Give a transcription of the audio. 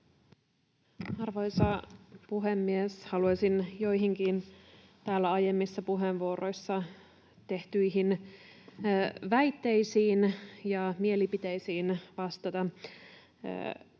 Arvoisa puhemies! Haluaisin joihinkin täällä aiemmissa puheenvuoroissa esitettyihin väitteisiin ja mielipiteisiin vastata: